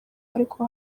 ariko